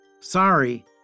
Sorry